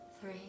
three